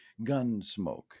Gunsmoke